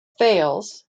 fails